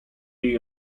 jej